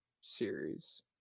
series